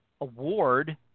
award